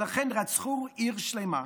ולכן רצחו עיר שלמה.